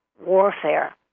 warfare